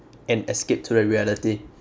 an escape to the reality